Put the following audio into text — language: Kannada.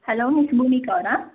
ಹಲೋ ಮಿಸ್ ಭೂಮಿಕಾ ಅವರಾ